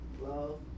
Love